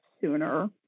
sooner